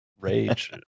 rage